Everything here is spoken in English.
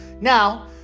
now